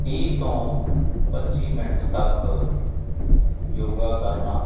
ਵੀਹ ਤੋਂ ਪੱਚੀ ਮਿੰਟ ਤੱਕ ਯੋਗਾ ਕਰਨਾ